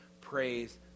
Praise